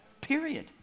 Period